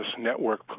Network